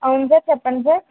అవును సార్ చెప్పండి సార్